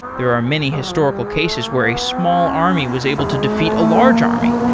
there are many historical cases where a small army was able to defeat a large army,